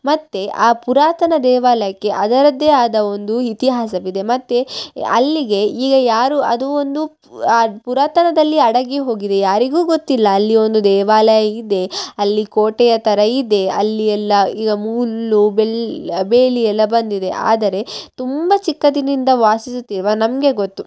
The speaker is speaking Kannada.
ಮತ್ತು ಆ ಪುರಾತನ ದೇವಾಲಯಕ್ಕೆ ಅದರದ್ದೇ ಆದ ಒಂದು ಇತಿಹಾಸವಿದೆ ಮತ್ತು ಅಲ್ಲಿಗೆ ಈಗ ಯಾರು ಅದು ಒಂದು ಅ ಪುರಾತನದಲ್ಲಿ ಅಡಗಿ ಹೋಗಿದೆ ಯಾರಿಗೂ ಗೊತ್ತಿಲ್ಲ ಅಲ್ಲಿ ಒಂದು ದೇವಾಲಯ ಇದೆ ಅಲ್ಲಿ ಕೋಟೆಯ ಥರ ಇದೆ ಅಲ್ಲಿ ಎಲ್ಲ ಈಗ ಮುಳ್ಳು ಬೆಲ್ ಬೇಲಿ ಎಲ್ಲ ಬಂದಿದೆ ಆದರೆ ತುಂಬ ಚಿಕ್ಕಂದಿನಿಂದ ವಾಸಿಸುತ್ತಿರುವ ನಮಗೆ ಗೊತ್ತು